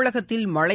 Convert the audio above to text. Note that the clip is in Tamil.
தமிழகத்தில் மழை